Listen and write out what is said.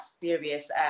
serious